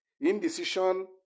indecision